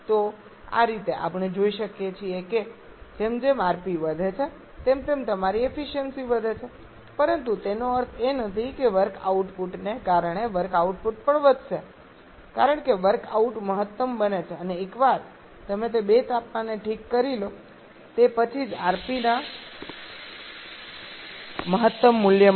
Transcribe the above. તો આ રીતે આપણે જોઈ શકીએ છીએ કે જેમ જેમ rp વધે છે તેમ તેમ તમારી એફિસયન્સિ વધે છે પરંતુ તેનો અર્થ એ નથી કે વર્કઆઉટને કારણે વર્ક આઉટપુટ પણ વધે છે કારણ કે વર્કઆઉટ મહત્તમ બને છે અને એકવાર તમે તે બે તાપમાનને ઠીક કરી લો તે પછી જ rp ના મહત્તમ મૂલ્ય માટે